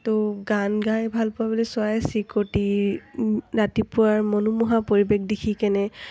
তো গান গাই ভালপোৱা বুলি চৰাই চিৰিকটি ৰাতিপুৱাৰ মনোমোহা পৰিৱেশ দেখি কেনে